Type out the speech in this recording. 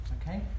okay